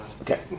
Okay